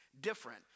different